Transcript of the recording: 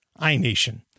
iNation